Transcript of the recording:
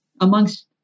amongst